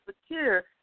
secure